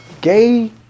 gay